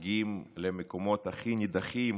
מגיעים למקומות הכי נידחים